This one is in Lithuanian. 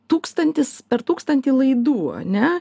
tūkstantis per tūkstantį laidų ar ne